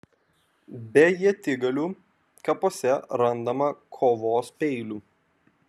be ietigalių kapuose randama kovos peilių